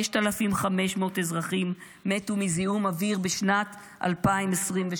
5,500 אזרחים מתו מזיהום אוויר בשנת 2023,